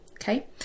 Okay